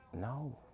No